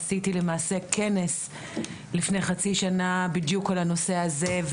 עשיתי למעשה כנס לפני חצי שנה בדיוק על הנושא הזה.